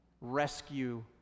rescue